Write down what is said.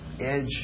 edge